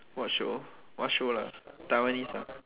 watch show what show lah Taiwanese ah